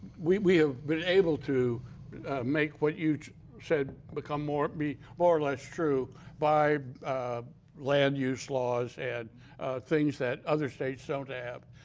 we we have been able to make what you said become more, be more or less true by land use laws and things that other states so don't have.